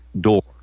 door